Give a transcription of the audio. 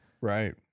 Right